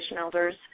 elders